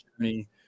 journey